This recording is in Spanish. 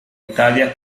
italia